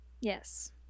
Yes